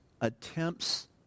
attempts